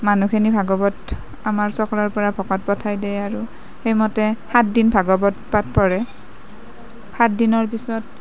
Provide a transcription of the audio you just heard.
মানুহখিনি ভাগৱত আমাৰ চক্ৰৰ পৰা ভকত পঠাই দিয়ে আৰু সেইমতে সাত দিন ভাগৱত পাঠ পঢ়ে সাত দিনৰ পিছত